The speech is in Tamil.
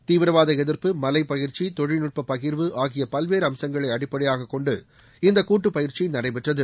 தீவிரவாத எதிர்ப்பு மலைப்பயிற்சி தொழில்நட்ப பகிர்வு ஆகிய பல்வேற அம்சங்களை அடிப்படையாக கொண்டு இந்த கூட்டுப் பயிற்சி நடைபெற்றது